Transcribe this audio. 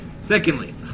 secondly